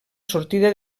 sortida